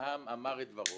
העם אמר את דברו,